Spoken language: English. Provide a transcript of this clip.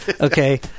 Okay